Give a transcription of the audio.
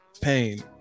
pain